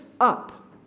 up